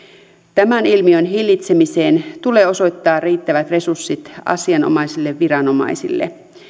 tämän ilmiön hillitsemiseen tulee osoittaa riittävät resurssit asianomaisille viranomaisille